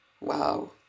wow